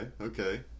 okay